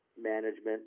management